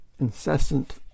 Incessant